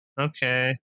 okay